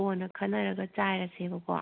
ꯀꯣꯟꯅ ꯈꯟꯅꯔꯒ ꯆꯥꯏꯔꯁꯦꯕꯀꯣ